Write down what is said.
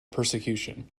persecution